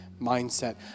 mindset